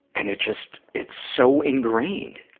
and it just it's so ingrained.